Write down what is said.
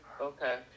okay